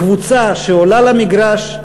קבוצה שעולה למגרש,